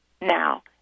now